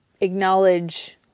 acknowledge